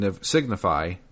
signify